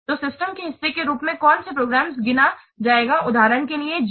तो सिस्टम के हिस्से के रूप में कौन से प्रोग्राम गिना जाएगा उदाहरण के लिए GUI